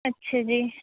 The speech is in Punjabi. ਅੱਛਾ ਜੀ